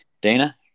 dana